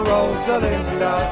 Rosalinda